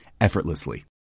effortlessly